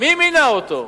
מי מינה אותו?